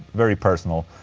very personal.